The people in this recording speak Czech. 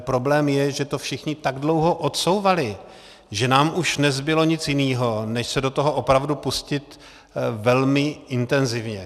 Problém je, že to všichni tak dlouho odsouvali, že nám už nezbylo nic jiného, než se do toho opravdu pustit velmi intenzivně.